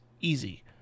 easy